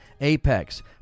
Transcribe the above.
Apex